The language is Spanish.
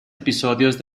episodios